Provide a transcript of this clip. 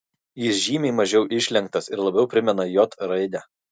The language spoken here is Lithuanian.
jis žymiai mažiau išlenktas ir labiau primena j raidę